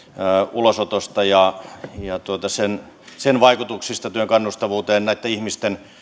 ulosotosta ja ja sen sen vaikutuksista työn kannustavuuteen näitten ihmisten